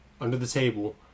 under-the-table